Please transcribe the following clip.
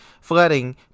flooding